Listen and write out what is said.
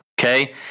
Okay